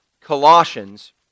Colossians